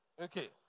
Okay